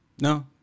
no